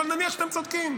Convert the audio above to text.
אבל נניח שאתם צודקים,